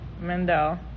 Mandel